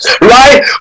right